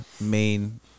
main